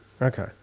Okay